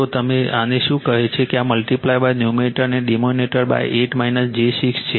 તો હવે આને શું કહે છે એક મલ્ટીપ્લાય ન્યૂમરેટર અને ડિનોમિનેટર 8 j 6 છે